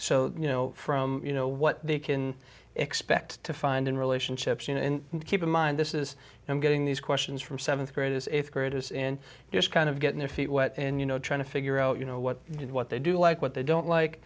so you know from you know what they can expect to find in relationships you know and keep in mind this is i'm getting these questions from th graders if it is in just kind of getting their feet wet and you know trying to figure out you know what to do what they do like what they don't like